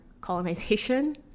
colonization